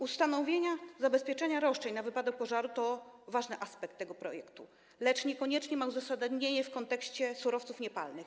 Ustanowienie zabezpieczenia roszczeń na wypadek pożaru to ważny aspekt tego projektu, lecz niekoniecznie ma uzasadnienie w kontekście surowców niepalnych.